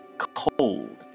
Cold